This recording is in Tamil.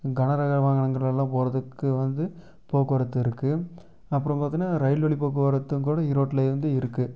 கனரக வாகனங்கள் எல்லா போகறதுக்கு வந்து போக்குவரத்து இருக்கு அப்புறோம் பார்த்தினா ரயில் வழி போக்குவரத்தும் கூட ஈரோட்லேந்து இருக்கு